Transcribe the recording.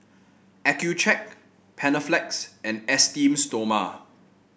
Accucheck Panaflex and Esteem Stoma